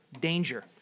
danger